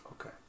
Okay